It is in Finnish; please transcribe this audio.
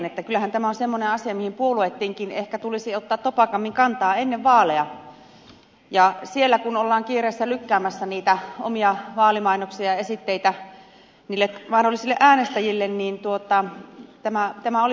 kyllähän tämä on semmoinen asia mihin puolueittenkin ehkä tulisi ottaa topakammin kantaa ennen vaaleja ja siellä kun ollaan kiireessä lykkäämässä niitä omia vaalimainoksia ja esitteitä niille mahdollisille äänestäjille niin tämä olisi ehkä kuitenkin